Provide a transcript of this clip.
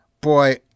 boy